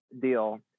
deal